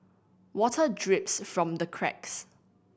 water drips from the cracks